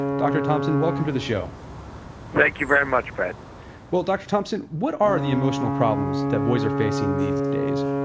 dr. thompson, welcome to the show thank you very much, brett well, dr. thompson what are the emotional problems that boys are facing these days?